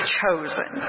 chosen